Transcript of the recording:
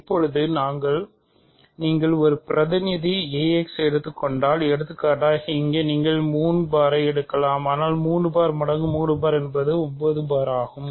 இப்போது நீங்கள் ஒரு பிரதிநிதி ax எடுத்துக் கொண்டால் எடுத்துக்காட்டாக இங்கே நீங்கள் 3 பார் எடுக்கலாம் ஆனால் 3 பார் மடங்கு 3 பார் என்பது 9 பார் ஆகும்